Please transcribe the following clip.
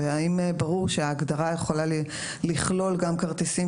האם ברור שההגדרה יכולה לכלול גם כרטיסים